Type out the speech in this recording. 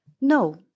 No